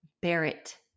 Barrett